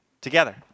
together